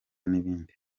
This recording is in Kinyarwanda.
n’ibindi